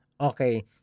Okay